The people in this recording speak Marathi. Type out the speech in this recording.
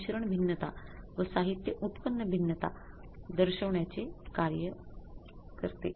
म्हणून साहित्य खर्चातील भिन्नता दर्शवण्याचे चे काम करते